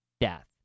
death